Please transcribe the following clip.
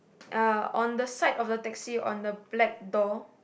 uh on the side of the taxi on the black door